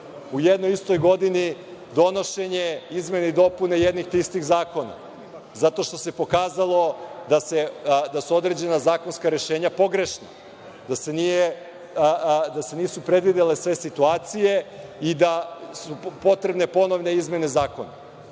u jednoj istoj godini donošenje izmene i dopune jednih te istih zakona, zato što se pokazalo da su određena zakonska rešenja pogrešna, da se nisu predvidele sve situacije i da su potrebne ponovne izmene zakona.